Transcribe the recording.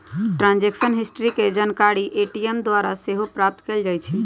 transaction history के जानकारी ATM द्वारा सेहो प्राप्त कएल जाइ छइ